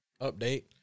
update